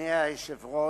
אדוני היושב-ראש,